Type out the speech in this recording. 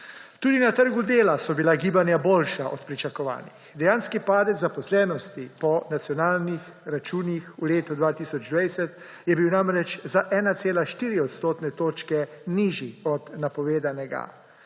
Tudi na trgu dela so bila gibanja boljša od pričakovanih. Dejanski padec zaposlenosti po nacionalnih računih v letu 2020 je bil namreč za 1,4 odstotne točke nižji od napovedanega,